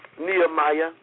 nehemiah